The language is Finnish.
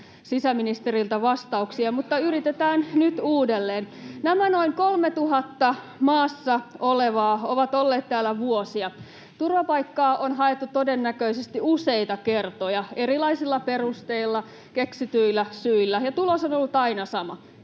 sisäministeriltä vastauksia, mutta yritetään nyt uudelleen. Nämä noin 3 000 maassa olevaa ovat olleet täällä vuosia. Turvapaikkaa on haettu todennäköisesti useita kertoja erilaisilla perusteilla, keksityillä syillä, ja tulos on ollut aina sama: